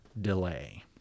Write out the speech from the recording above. delay